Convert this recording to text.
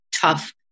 tough